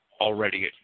already